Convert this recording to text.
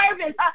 service